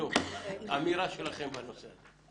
אמירה שלכם בנושא הזה.